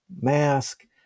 mask